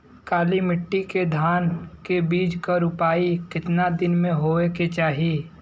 काली मिट्टी के धान के बिज के रूपाई कितना दिन मे होवे के चाही?